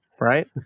Right